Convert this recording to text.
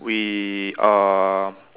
we uh